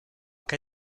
cas